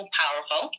powerful